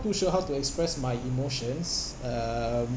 too sure how to express my emotions um